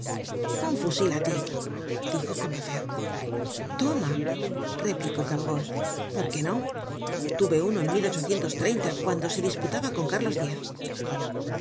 un fusil á tí i dijo combeferre toma replicó gavroche por qué no tuve uno en cuando se disputaba con carlos